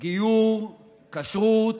גיור, כשרות,